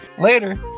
Later